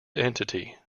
entity